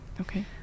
Okay